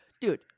Dude